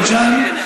בית ג'ן,